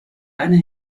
eine